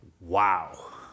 Wow